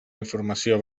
informació